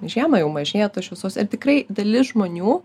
žiemą jau mažėja šviesos ir tikrai dalis žmonių